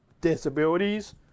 disabilities